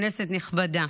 כנסת נכבדה.